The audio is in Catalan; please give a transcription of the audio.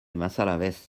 massalavés